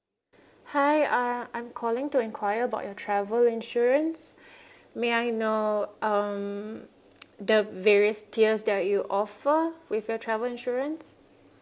hi uh I'm calling to enquire about your travel insurance may I know um the various tiers that you offer with your travel insurance